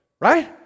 Right